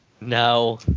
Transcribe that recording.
No